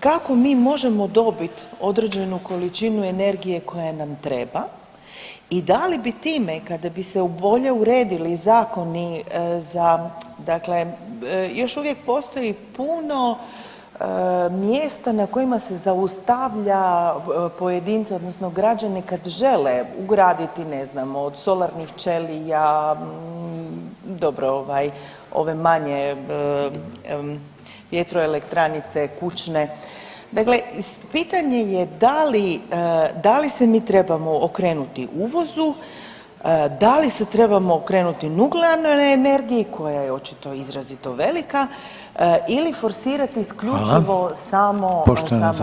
kako mi možemo dobit određenu količinu energije koja nam treba i da li bi time kada bi se bolje uredili zakoni za, dakle još uvijek postoji puno mjesta na kojima se zaustavlja pojedince odnosno građane kad žele ugraditi, ne znam, od solarnih ćelija, dobro ovaj ove manje vjetroelektranice kućne, dakle pitanje je da li, da li se mi trebamo okrenuti uvozu, da li se trebamo okrenuti nuklearnoj energiji koja je očito izrazito velika ili forsirat isključivo samo, samo ovaj